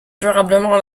durablement